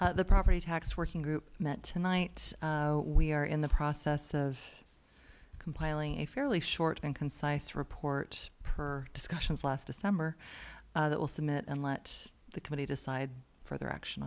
you the property tax working group that tonight we are in the process of compiling a fairly short and concise report per discussions last december that will cement and let the committee decide for their action